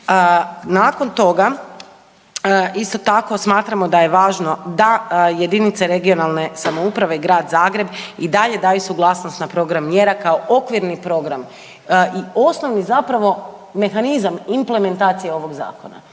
Nakon toga isto tako smatramo da je važno da jedinice regionalne samouprave i Grad Zagreb i dalje daju suglasnost na program mjera kao okvirni program i osnovni zapravo mehanizam implementacije ovog zakona,